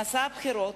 במסע הבחירות,